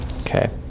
Okay